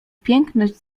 piękność